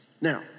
Now